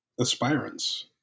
aspirants